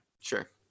Sure